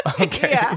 Okay